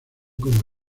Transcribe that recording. como